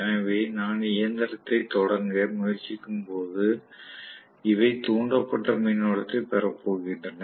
எனவே நான் இயந்திரத்தைத் தொடங்க முயற்சிக்கும்போது இவை தூண்டப்பட்ட மின்னோட்டத்தைப் பெறப் போகின்றன